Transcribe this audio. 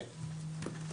כן.